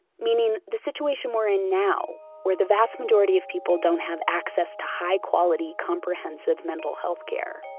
meaning the situation we're in now where the vast majority of people don't have access to high quality comprehensive mental health care.